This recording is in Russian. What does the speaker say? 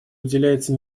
уделяется